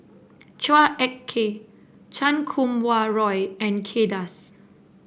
Chua Ek Kay Chan Kum Wah Roy and Kay Das